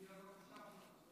לפי הבקשה שלך.